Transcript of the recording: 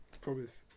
promise